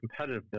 competitiveness